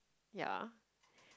ya